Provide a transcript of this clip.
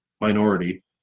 minority